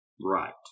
Right